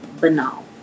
banal